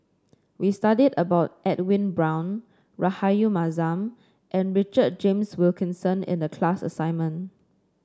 we studied about Edwin Brown Rahayu Mahzam and Richard James Wilkinson in the class assignment